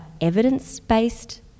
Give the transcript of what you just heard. evidence-based